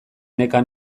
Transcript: neka